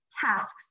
tasks